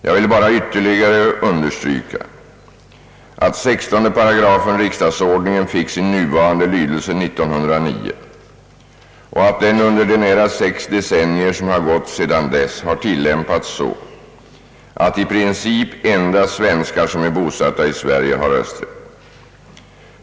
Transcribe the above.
Jag vill bara ytterligare understryka att 16 § riksdagsordningen fick sin nuvarande lydelse år 1909 och att den under de nära sex decennier som har gått sedan dess tilllämpats så, att i princip endast svenskar som är bosatta i Sverige har rösträtt.